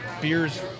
beer's